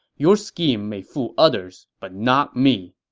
your scheme may fool others, but not me.